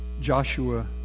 Joshua